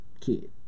kid